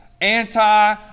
anti